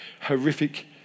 horrific